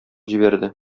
җибәрде